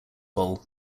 bowl